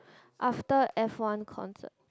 after F one concert